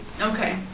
Okay